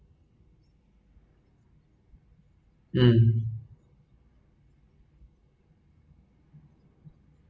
mm